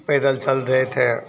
पैदल चल रहे थे